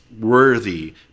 worthy